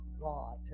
God